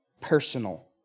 personal